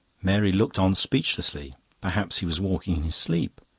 mary looked on speechlessly perhaps he was walking in his sleep!